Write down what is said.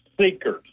seekers